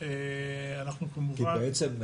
--- כי בעצם,